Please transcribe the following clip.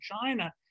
China